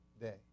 day